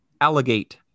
alligate